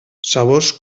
sabors